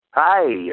Hi